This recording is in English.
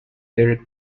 lyric